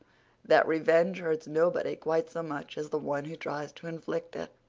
that revenge hurts nobody quite so much as the one who tries to inflict it.